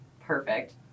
perfect